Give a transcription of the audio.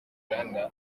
uganda